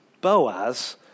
Boaz